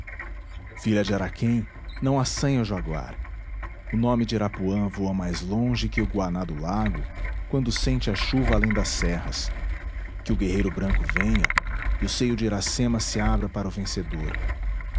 filha de araquém não assanha o jaguar o nome de irapuã voa mais longe que o goaná do lago quando sente a chuva além das serras que o guerreiro branco venha e o seio de iracema se abra para o vencedor